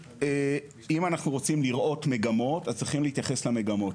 אם אנחנו רוצים לראות מגמות אז צריכים להתייחס למגמות.